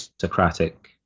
Socratic